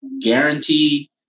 guaranteed